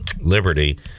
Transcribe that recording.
Liberty